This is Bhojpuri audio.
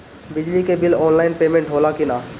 बिजली के बिल आनलाइन पेमेन्ट होला कि ना?